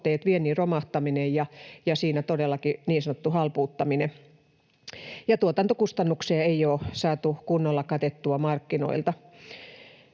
viennin romahtaminen ja todellakin niin sanottu halpuuttaminen, eikä tuotantokustannuksia ei ole saatu kunnolla katettua markkinoilta.